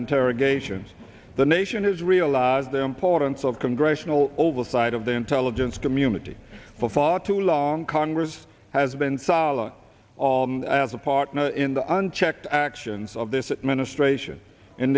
interrogations the nation has realized the importance of congressional oversight of the intelligence community for far too long congress has been solid as a partner in the unchecked actions of this administration